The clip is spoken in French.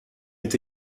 est